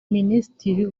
minisitiri